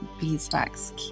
beeswax